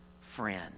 friend